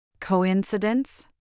Coincidence